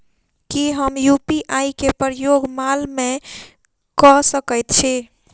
की हम यु.पी.आई केँ प्रयोग माल मै कऽ सकैत छी?